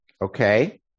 okay